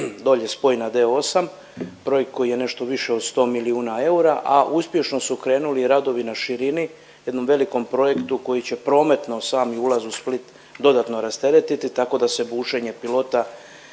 dolje spoj na D8, broj koji je nešto više od 100 milijuna eura, a uspješno su krenuli i radovi na širini, jednom velikom projektu koji će prometno sami ulaz u Split dodatno rasteretiti tako da se bušenje pilota